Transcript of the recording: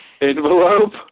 Envelope